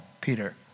Peter